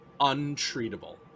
untreatable